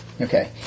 Okay